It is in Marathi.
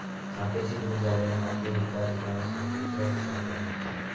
मातेची धूप झाल्याने माती एका ठिकाणासून दुसऱ्या ठिकाणी जमा होता